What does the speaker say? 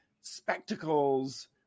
spectacles